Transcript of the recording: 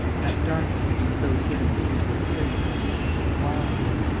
that darkness in which those human beings were peering at one another, wildly.